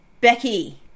Becky